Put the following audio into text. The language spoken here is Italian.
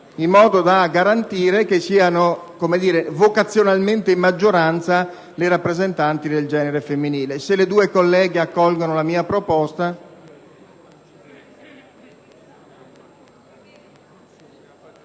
in modo da garantire che siano per vocazione in maggioranza i rappresentanti del genere femminile. Chiedo alle colleghe se accolgono la mia proposta.